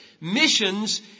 Missions